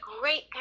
great